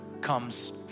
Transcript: comes